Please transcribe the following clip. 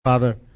Father